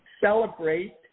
Celebrate